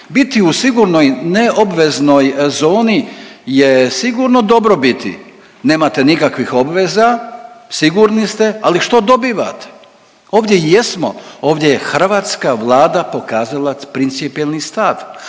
Biti u sigurnoj neobveznoj zoni je sigurno dobro biti, nemate nikakvih obveza, sigurni ste, ali što dobivate. Ovdje jesmo, ovdje je hrvatska Vlada pokazala principijelni stav,